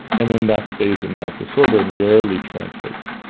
and then that stays in that disorder and rarely translates.